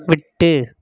விட்டு